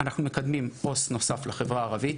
אנחנו מקדמים עו״ס נוסף לחברה הערבית